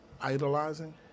idolizing